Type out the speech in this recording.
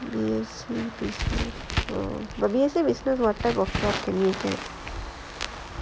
business but previously what type of job are you looking at